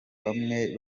bamwe